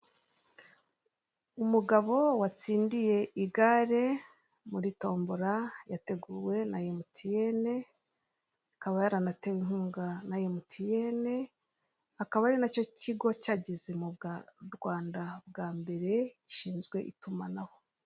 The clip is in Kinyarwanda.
Umugabo watsindiye igare muri tombola yateguwe na emutiyeni ikaba yaranategwe inkunga na emutiyeni akaba ari nacyo kigo cyageze mu Rwanda bwa mbere gishinzwe itumanaho.